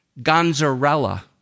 Gonzarella